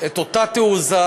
את אותה תעוזה,